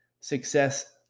success